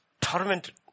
Tormented